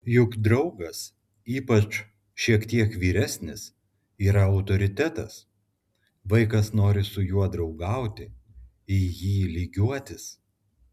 juk draugas ypač šiek tiek vyresnis yra autoritetas vaikas nori su juo draugauti į jį lygiuotis